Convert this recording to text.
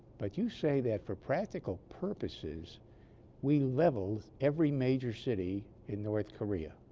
but you say that for practical purposes we leveled every major city in north korea